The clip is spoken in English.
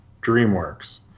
DreamWorks